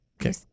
okay